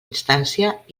instància